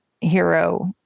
hero